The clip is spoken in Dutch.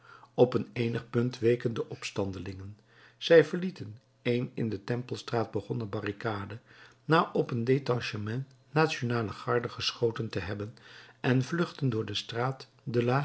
op een eenig punt weken de opstandelingen zij verlieten een in de tempelstraat begonnen barricade na op een detachement nationale garde geschoten te hebben en vluchtten door de straat